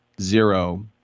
zero